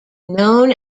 known